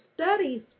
studies